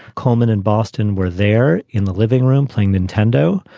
coleman and boston were there in the living room playing nintendo.